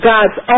God's